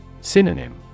Synonym